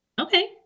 Okay